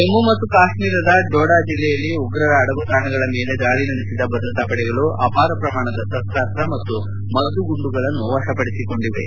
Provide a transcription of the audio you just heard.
ಜಮ್ಮ ಮತ್ತು ಕಾಶ್ಮೀರದ ಡೋಡಾ ಜಿಲ್ಲೆಯಲ್ಲಿ ಉಗ್ರರ ಅಡಗುತಾಣಗಳ ಮೇಲೆ ದಾಳಿ ನಡೆಸಿದ ಭದ್ರತಾ ಪಡೆಗಳು ಅಪಾರ ಪ್ರಮಾಣದ ಶಸ್ತಾಸ್ತ ಮತ್ತು ಮದ್ದು ಗುಂಡುಗಳನ್ನು ವಶಪಡಿಸಿಕೊಂಡಿವೆ